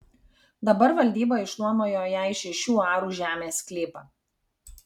dabar valdyba išnuomojo jai šešių arų žemės sklypą